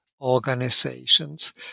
organizations